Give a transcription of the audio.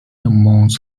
amounts